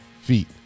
feet